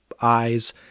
eyes